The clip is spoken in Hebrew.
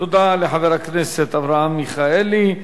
תודה לחבר הכנסת אברהם מיכאלי.